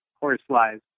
Horseflies